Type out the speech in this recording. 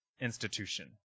institution